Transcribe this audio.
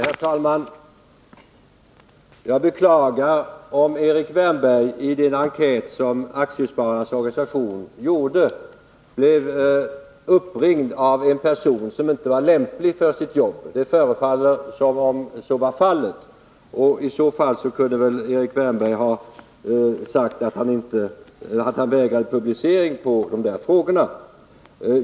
Herr talman! Jag beklagar om Erik Wärnberg i den enkät som Aktiespararnas riksförbund gjorde blev uppringd av en person som inte var lämplig för sitt jobb. Det förefaller som om så var fallet. I så fall kunde väl Erik Wärnberg ha sagt att han vägrade publicering av sina svar på frågorna.